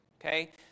Okay